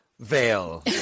Veil